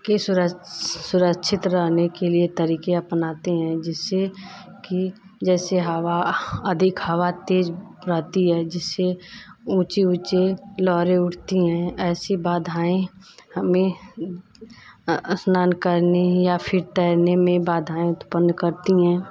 कि सुरक्षित रहने के लिए तरीक़े अपनाते हैं जिससे कि जैसे हवा अधिक हवा तेज़ रहती है जिससे ऊँची ऊँची लहरें उठती हैं ऐसी बाधाएँ हमें स्नान करने या फिर तैरने में बाधाएँ उत्पन्न करती हैं